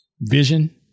vision